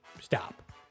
stop